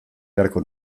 beharko